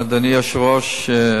אדוני היושב-ראש,